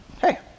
hey